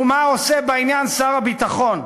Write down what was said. ומה עושה בעניין שר הביטחון?